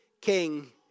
king